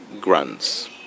grants